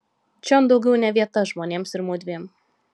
čion daugiau ne vieta žmonėms ir mudviem